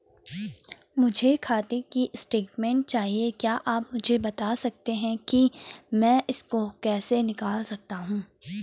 मुझे खाते की स्टेटमेंट चाहिए क्या आप मुझे बताना सकते हैं कि मैं इसको कैसे निकाल सकता हूँ?